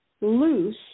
loose